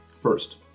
First